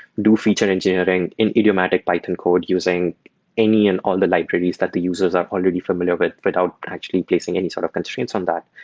do feature engineering in idiomatic python code using any and all the libraries that the users are already familiar with without actually placing any sort of constraints on that.